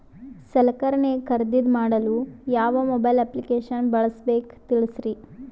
ಸಲಕರಣೆ ಖರದಿದ ಮಾಡಲು ಯಾವ ಮೊಬೈಲ್ ಅಪ್ಲಿಕೇಶನ್ ಬಳಸಬೇಕ ತಿಲ್ಸರಿ?